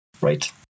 right